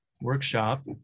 workshop